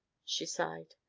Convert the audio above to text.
she sighed.